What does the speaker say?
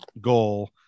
goal